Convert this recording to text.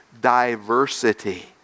diversity